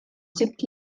sibt